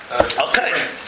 okay